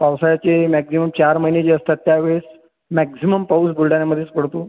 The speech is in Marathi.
पावसाळ्याचे मॅक्झिमम् चार महिने जे असतात त्यावेळेस मॅक्झिमम् पाऊस बुलढाण्यामधेच पडतो